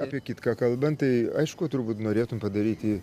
apie kitką kalbant tai aišku turbūt norėtum padaryti